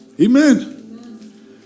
Amen